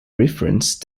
reference